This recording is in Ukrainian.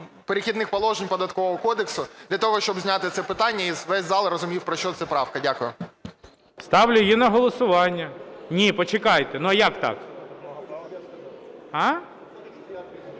"Перехідних положень" Податкового кодексу для того, щоб зняти це питання, і весь зал розумів, про що ця правка. Дякую. ГОЛОВУЮЧИЙ. Ставлю її на голосування. Ні, почекайте. А як так?